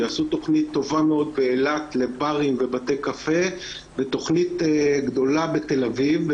עשו תכנית טובה מאוד באילת לברים ובתי קפה ותכנית גדולה בתל אביב.